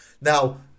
now